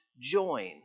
join